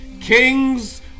Kings